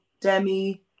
Demi